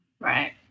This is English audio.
Right